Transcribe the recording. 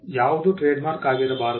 ಯಾವುದು ಟ್ರೇಡ್ಮಾರ್ಕ್ ಆಗಿರಬಾರದು